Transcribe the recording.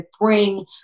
bring